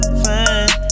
fine